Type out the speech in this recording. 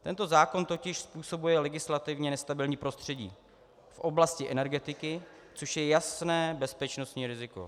Tento zákon totiž způsobuje legislativně nestabilní prostředí v oblasti energetiky, což je jasné bezpečnostní riziko.